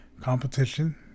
Competition